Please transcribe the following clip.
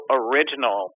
original